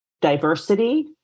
diversity